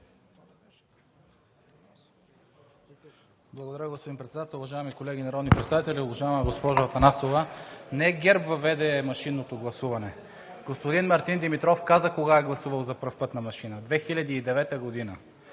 Благодаря, господин Председател. Уважаеми колеги народни представители! Уважаема госпожо Атанасова, не ГЕРБ въведе машинното гласуване. Господин Мартин Димитров каза кога е гласувал за първи път на машина – 2009 г.